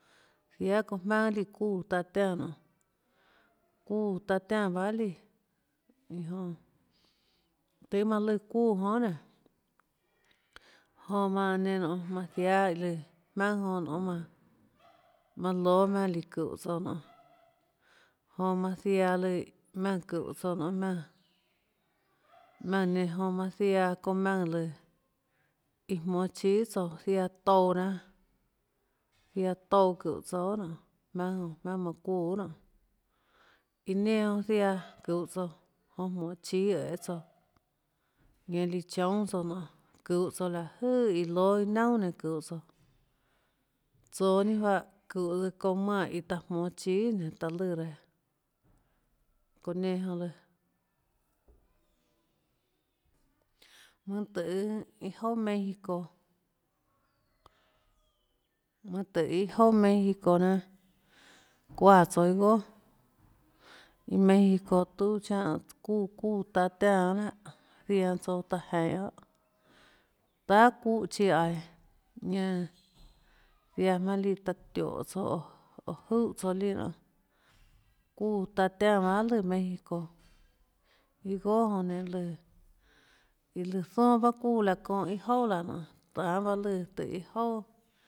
Jiáâ çounã jmaønâ líã çuúã taã tiánã nonê çuúã taã tiánã bahâ líã tøê manã lùã çuúã jonã guiohà nénå jonã manã nenã nonê manã jiáâ lùã jmaønâ jonã nonê manã manã lóâ maùnã líã çúhå tsouã nonê jonã manã ziaã lùã maùnã çuhå tsouã nonê maùnã maùnã nenã jonã manã ziaã çounã maùnã lùã iã jmonå chíâ guiohà tsouã ziaã touã jnanâ ziaã tsouã çúhå tsouã guiohà nonê jmaønâ jonã jmaønâ manã çuúã guiohà nonê iã nenã jonã ziaã çuhå tsouã iã jmoå chíâ æê tsouã ñanã líã choúnâ tsouã nonê çuhå tsouã láhå jøè iã lóâ iâ naunà nenã çuhå tsouã tsoå ninâ juáhã çuhå tsouã çounã manè iã taã jmonå chíâ guiohà nénå taã lùã reã çounã nenã jonã lùã mønâ tøhê iâ jouà méxico mønâ tøhê iâ jouà méxico jnanâ çuáã tsouã iâ goà méxico tuâ chánhã çuúã çuúã taã tiánã guiohà láhà zianã tsouã taã jeinhå guiohà tahà çúhã chíã aiå ñanã ziaã jmaønâ líã taã tióhå tsouã júhã tsouã líã nonê çuúã taã tiánã bahâ lùã méxico iâ goà jonã nenã lùã iã lùã zona bahâ çuúã laã çónhã iâ jouà laã nonê tanê baâ lùã tøhê iâ jouà